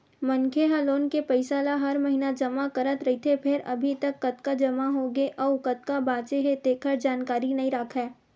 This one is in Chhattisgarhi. मनखे ह लोन के पइसा ल हर महिना जमा करत रहिथे फेर अभी तक कतका जमा होगे अउ कतका बाचे हे तेखर जानकारी नइ राखय